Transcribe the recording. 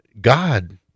God